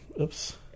Oops